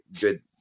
good